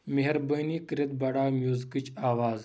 مہربٲنی کٔرِتھ بڑاو میوٗزکٕچ آواز